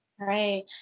Right